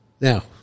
Now